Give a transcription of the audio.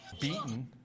beaten